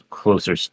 closer